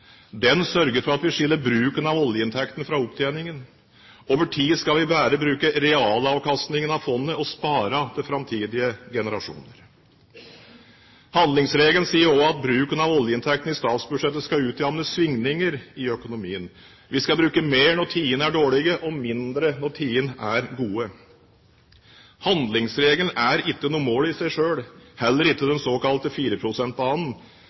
Den sørger for at vi skiller bruken av oljeinntektene fra opptjeningen. Over tid skal vi bare bruke realavkastningen av fondet og spare til framtidige generasjoner. Handlingsregelen sier også at bruken av oljeinntektene i statsbudsjettet skal utjevne svingninger i økonomien. Vi skal bruke mer når tidene er dårlige, og mindre når tidene er gode. Handlingsregelen er ikke noe mål i seg selv, heller ikke